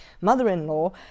mother-in-law